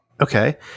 Okay